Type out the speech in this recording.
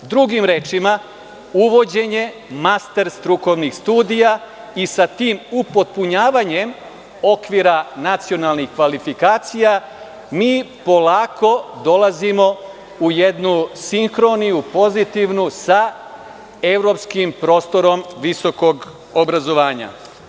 Drugim rečima, uvođenje master strukovnih studija i sa tim upotpunjavanjem okvira nacionalnih kvalifikacija mi polako dolazimo u jednu sinhorniju, pozitivnu sa evropskim prostorom visokog obrazovanja.